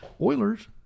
Oilers